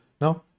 no